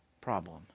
problem